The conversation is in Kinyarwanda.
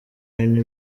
any